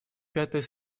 пятой